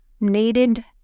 needed